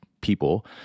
people